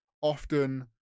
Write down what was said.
often